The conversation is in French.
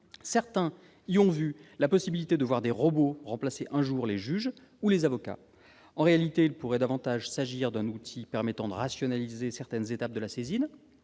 Certains y ont vu la possibilité que des robots remplacent un jour les juges ou les avocats. En réalité, il pourrait davantage s'agir d'un outil permettant de rationaliser certaines étapes de la saisine,